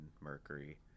Mercury